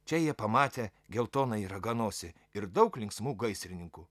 čia jie pamatė geltonąjį raganosį ir daug linksmų gaisrininkų